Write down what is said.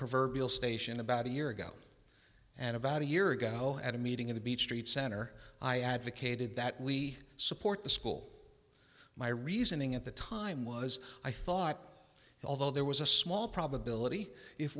proverbial station about a year ago and about a year ago at a meeting of the beach street center i advocated that we support the school my reasoning at the time was i thought although there was a small probability if